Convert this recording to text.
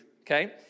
okay